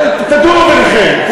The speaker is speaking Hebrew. תדונו ביניכם.